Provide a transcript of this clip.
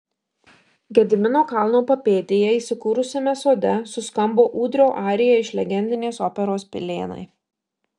gedimino kalno papėdėje įsikūrusiame sode suskambo ūdrio arija iš legendinės operos pilėnai